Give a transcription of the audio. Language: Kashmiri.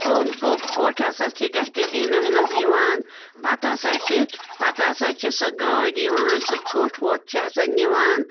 اوٚنٛد پوٚک ژھۄٚٹھ ہَسا چھِ ڈٮ۪سٹبیٖنَن منٛز یِوان پَتہٕ ہَسا چھِ پَتہٕ ہَسا چھِ سۄ گٲڑۍ یِوان سُہ ژھۄٹھ وۄٹھ چھِ ہَسا نِوان